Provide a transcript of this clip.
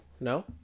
No